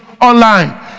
online